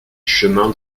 chemin